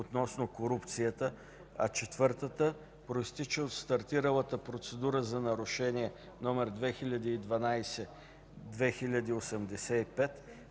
относно корупцията, а четвъртата произтича от стартирала Процедура за нарушение № 2012/2085